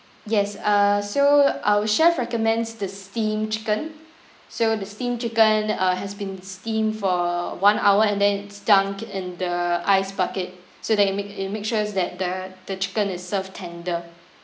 yes err so our chef recommends the steam chicken so the steam chicken uh has been steam for one hour and then it stunk in the ice bucket so that it make it makes sure that the the chicken is served tender